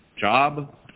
job